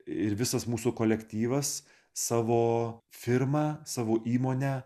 ir visas mūsų kolektyvas savo firmą savo įmonę